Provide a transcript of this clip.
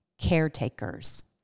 caretakers